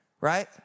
right